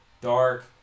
Dark